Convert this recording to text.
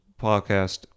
podcast